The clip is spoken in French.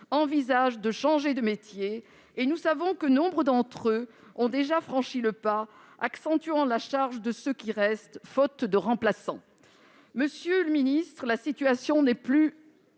envisagent de changer de métier et nous savons que nombre d'entre eux ont déjà franchi le pas, accentuant la charge de ceux qui restent, faute de remplaçants. Monsieur le ministre, la situation n'est plus